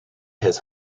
his